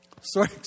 Sorry